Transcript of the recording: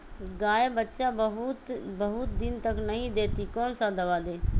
गाय बच्चा बहुत बहुत दिन तक नहीं देती कौन सा दवा दे?